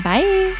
Bye